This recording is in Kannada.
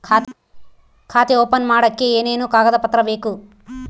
ಖಾತೆ ಓಪನ್ ಮಾಡಕ್ಕೆ ಏನೇನು ಕಾಗದ ಪತ್ರ ಬೇಕು?